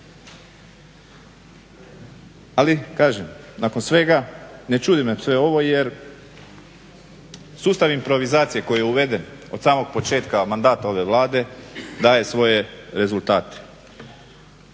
Ali, kažem nakon svega ne čudi me sve ovo, jer sustav improvizacije koji je uveden od samog početka mandata ove Vlade daje svoje rezultate.